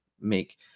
make